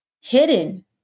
hidden